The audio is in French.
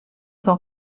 cent